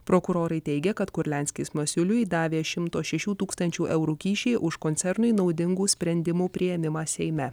prokurorai teigia kad kurlianskis masiuliui davė šimto šešių tūkstančių eurų kyšį už koncernui naudingų sprendimų priėmimą seime